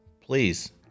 please